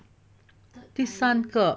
第三个